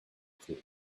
clear